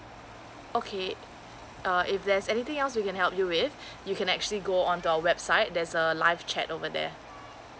okay uh if there's anything else we can help you with you can actually go on to our website there's a live chat over there